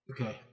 Okay